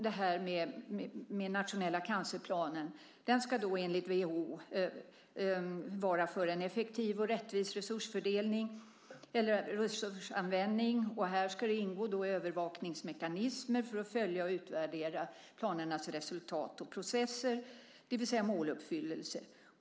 Den nationella cancerplanen ska enligt WHO vara för en effektiv och rättvis resursanvändning. Här skulle ingå övervakningsmekanismer för att följa upp och utvärdera planernas resultat och processer, det vill säga måluppfyllelse.